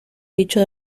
dicho